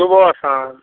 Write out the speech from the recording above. सुबहो आओर शाम